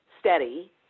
steady